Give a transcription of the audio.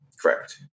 Correct